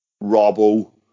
robo